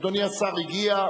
אדוני השר הגיע.